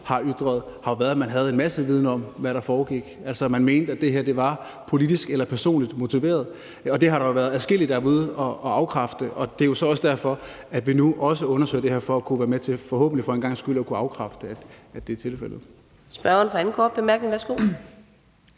har ytret, har jo været, at man havde en masse viden om, hvad der foregik. Man mente, at det her var politisk eller personligt motiveret. Det har der jo været adskillige der har været ude og afkræfte. Det er så også derfor, vi nu undersøger det her for forhåbentlig at være med til for en gangs skyld at kunne afkræfte, at det er tilfældet. Kl. 13:13 Fjerde næstformand (Karina